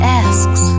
asks